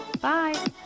Bye